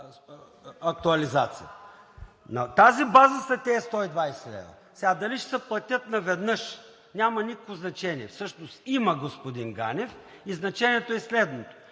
актуализация. На тази база са тези 120 лв. Сега дали ще се платят наведнъж – няма никакво значение. Всъщност има, господин Ганев, и значението е следното: